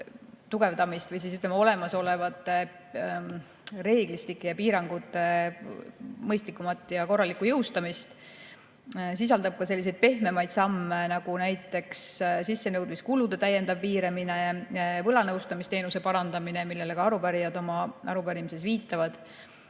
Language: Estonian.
tugevdamist või ütleme, olemasolevate reeglistike ja piirangute mõistlikumat ja korralikku jõustamist. See sisaldab ka selliseid pehmemaid samme, nagu näiteks sissenõudmiskulude täiendav piiramine, võlanõustamisteenuse parandamine, millele ka arupärijad oma arupärimises viitavad,